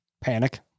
panic